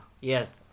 Yes